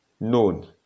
known